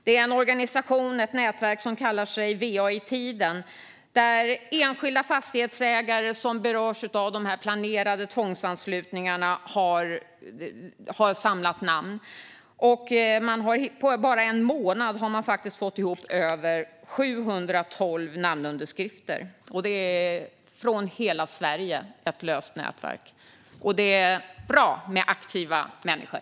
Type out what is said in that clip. Det är ett nätverk som kallar sig VA i Tiden, där enskilda fastighetsägare som berörs av dessa planerade tvångsanslutningar har samlat namnunderskrifter. På bara en månad har man fått ihop 712 stycken från hela Sverige. Det är bra med aktiva människor!